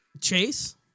Chase